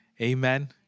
Amen